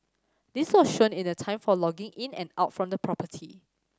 this was shown in the time for logging in and out from the property